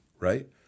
Right